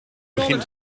begin